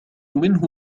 منه